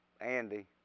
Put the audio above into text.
Andy